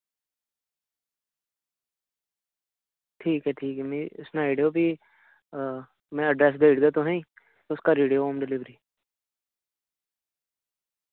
ठीक ऐ ठीक ऐ मि सनाई ओड़ेओ फ्ही मैं एड्रेस देई ओड़गा तुसें तुस करी ओड़ेओ होम डिलीवरी